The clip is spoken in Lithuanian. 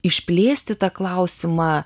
išplėsti tą klausimą